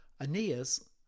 Aeneas